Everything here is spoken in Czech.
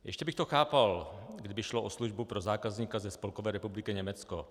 Ještě bych to chápal, kdyby šlo o službu pro zákazníka ze Spolkové republiky Německo.